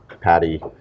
patty